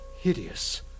hideous